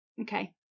Okay